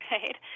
Right